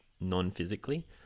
non-physically